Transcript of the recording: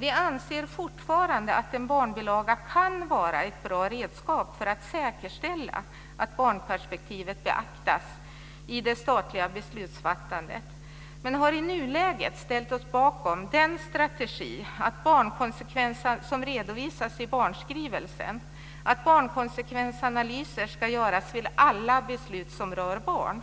Vi anser fortfarande att en barnbilaga kan vara ett bra redskap för att säkerställa att barnperspektivet beaktas i det statliga beslutsfattandet men har i nuläget ställt oss bakom den strategi som redovisas i barnskrivelsen, att barnkonsekvensanalyser ska göras vid alla beslut som rör barn.